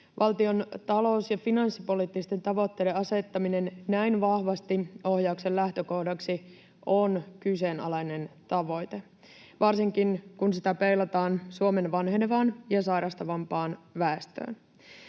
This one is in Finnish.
Valtion talous- ja finanssipoliittisten tavoitteiden asettaminen näin vahvasti ohjauksen lähtökohdaksi on kyseenalainen tavoite, varsinkin kun sitä peilataan Suomen vanhenevaan ja sairastavampaan väestöön.